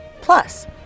Plus